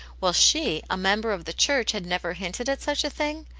while she, a member of the church, had never hinted at such a thing?